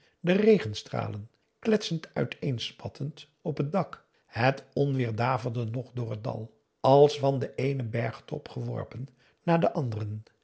de regenstralen kletsend uiteenspattend op het dak het onweer daverde nog door het dal als van den eenen bergtop geworpen naar den anderen